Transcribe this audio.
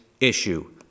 issue